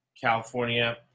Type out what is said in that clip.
California